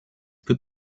good